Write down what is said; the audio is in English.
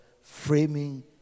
framing